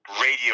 radio